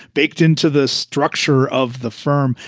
baked into the structure of the firm,